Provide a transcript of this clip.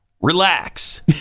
Relax